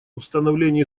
установление